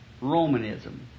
Romanism